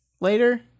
later